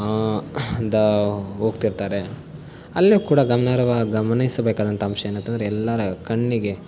the ಹೋಗ್ತಿರ್ತಾರೆ ಅಲ್ಲಿಯೂ ಕೂಡ ಗಮನಾರ್ಹ ಗಮನಿಸಬೇಕಾದಂತಹ ಅಂಶ ಏನಂತಂದ್ರೆ ಎಲ್ಲರ ಕಣ್ಣಿಗೆ